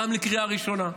גם לקריאה ראשונה.